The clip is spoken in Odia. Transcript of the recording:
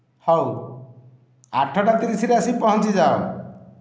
ହଉ ଆଠଟା ତିରିଶରେ ଆସି ପହଞ୍ଚିଯାଅ